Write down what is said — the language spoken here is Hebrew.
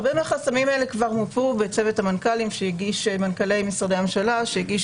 הרבה מהחסמים האלה כבר מופו בצוות מנכ"לי משרדי הממשלה שהגיש